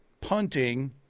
punting